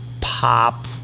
pop